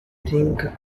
think